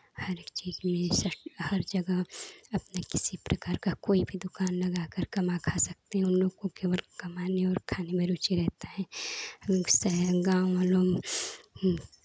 हर चीज़ में हर जगह अपने किसी प्रकार का कोई भी दुकान लगा कर कमा खा सकते हैं उनलोगों को केवल कमाने और खाने में रुचि रहता है शहर गाँव में लोग